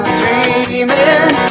dreaming